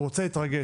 הוא רוצה להתרגש.